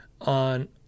on